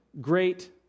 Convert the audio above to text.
great